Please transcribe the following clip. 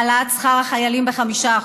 העלאת שכר החיילים ב-5%.